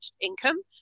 income